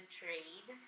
trade